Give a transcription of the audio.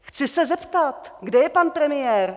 Chci se zeptat, kde je pan premiér?